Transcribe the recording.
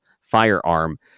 firearm